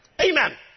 Amen